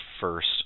first